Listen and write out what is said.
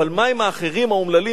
אבל מה עם האחרים האומללים,